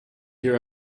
pure